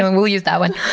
we'll use that one.